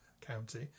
county